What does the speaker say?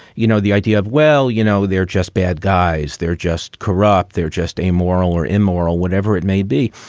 you know, the idea of, well, you know, they're just bad guys. they're just corrupt. they're just amoral or immoral, whatever it may be.